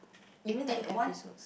eighteen episode